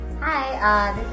Hi